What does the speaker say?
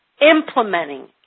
Implementing